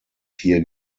hier